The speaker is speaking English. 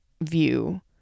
view